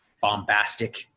bombastic